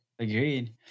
Agreed